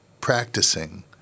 practicing